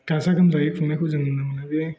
गाजा गोमजायै खुंनायखौ जोङो नुनो मोनो बे